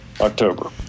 October